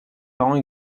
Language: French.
parents